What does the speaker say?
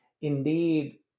indeed